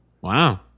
Wow